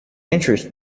interest